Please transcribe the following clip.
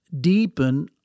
deepen